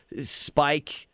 spike –